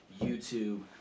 YouTube